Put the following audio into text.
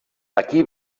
aquí